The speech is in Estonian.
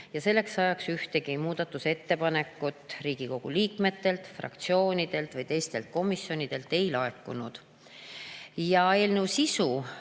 ja selleks ajaks ühtegi muudatusettepanekut Riigikogu liikmetelt, fraktsioonidelt ega teistelt komisjonidelt ei laekunud. Eelnõuga